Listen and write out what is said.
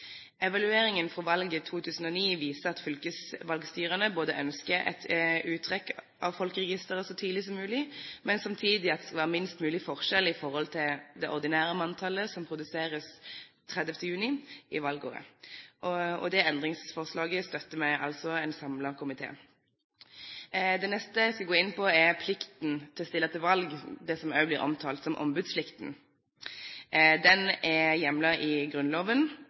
Evalueringen fra valget i 2009 viser at fylkesvalgstyrene ønsker et uttrekk av folkeregisteret så tidlig som mulig, men samtidig at det skal være minst mulig forskjell i forhold til det ordinære manntallet som produseres 30. juni i valgåret. Det endringsforslaget støtter vi, altså en samlet komité. Det neste jeg skal gå inn på, er plikten til å stille til valg, det som også blir omtalt som ombudsplikten. Den er hjemlet i Grunnloven